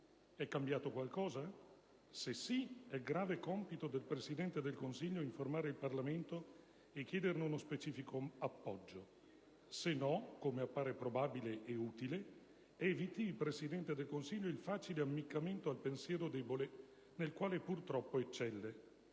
È cambiato qualcosa? Se sì, è grave compito del Presidente del Consiglio informare il Parlamento e chiedere uno specifico appoggio; se no, come appare probabile ed utile, eviti il Presidente del Consiglio il facile ammiccamento al pensiero debole, nel quale purtroppo eccelle.